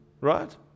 right